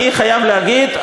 אני חייב להגיד,